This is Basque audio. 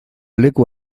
leku